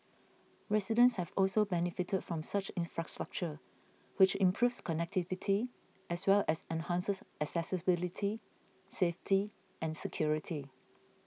residents have also benefited from such infrastructure which improves connectivity as well as enhances accessibility safety and security